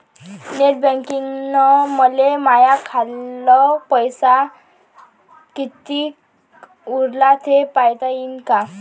Net बँकिंगनं मले माह्या खाल्ल पैसा कितीक उरला थे पायता यीन काय?